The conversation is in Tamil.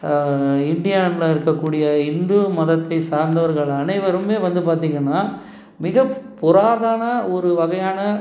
இந்தியாவுல இருக்கக்கூடிய இந்து மதத்தை சார்ந்தவர்கள் அனைவரும் வந்து பார்த்திங்கன்னா மிகப் புராதான ஒருவகையான